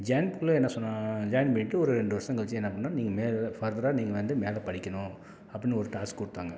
join பண்ணக்குள்ளே என்ன சொன்னாங் ஜாயின் பண்ணிவிட்டு ஒரு ரெண்டு வருஷம் கழிச்சி என்ன பண்ணேன் நீங்கள் மேலே ஃபர்தராக நீங்கள் வந்து மேலே படிக்கணும் அப்படின்னு ஒரு டாஸ்க் கொடுத்தாங்க